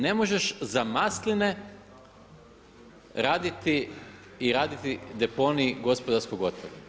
Ne možeš za masline raditi i raditi deponij gospodarskog otpada.